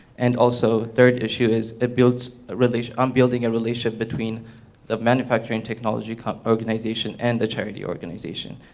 and also third issue is it builds relation i'm building a relationship between a manufacturing technology kind of organization and a charity organization.